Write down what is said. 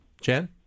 Jen